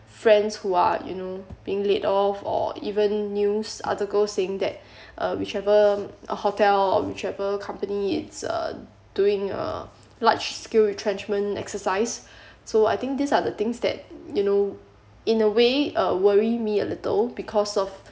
friends who are you know being laid off or even news article saying that uh whichever a hotel or whichever company it's uh doing a large scale retrenchment exercise so I think these are the things that you know in a way uh worry me a little because of